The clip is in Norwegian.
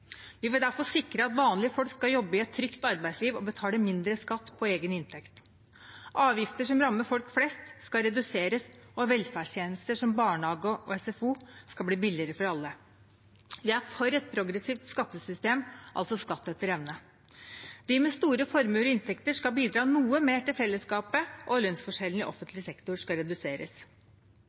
Vi vil derfor sikre at vanlige folk skal jobbe i et trygt arbeidsliv og betale mindre skatt på egen inntekt. Avgifter som rammer folk flest, skal reduseres, og velferdstjenester, som barnehager og SFO, skal bli billigere for alle. Vi er for et progressivt skattesystem, altså skatt etter evne. De som har store formuer og inntekter, skal bidra noe mer til fellesskapet, og lønnsforskjellene i offentlig sektor skal reduseres.